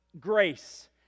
Grace